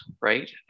right